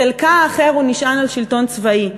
חלקה האחר נשען על שלטון צבאי.